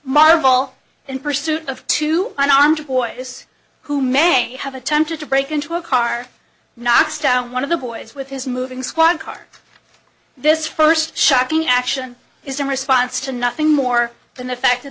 marvel in pursuit of two unarmed to boys who may have attempted to break into a car knocks down one of the boys with his moving squad car this first shocking action is in response to nothing more than the fact that